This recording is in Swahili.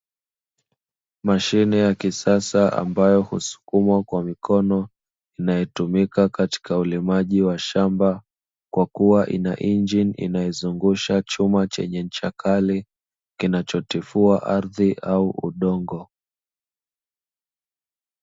Mashine ya kisasa ambayo husukumwa kwa mikono inayotumika katika ulimaji wa shamba, kwakua ina injini inayozungusha chuma chenye ncha kali kinachotifua ardhi au udongo.